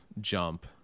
jump